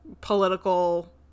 political